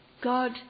God